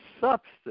substance